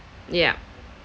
yup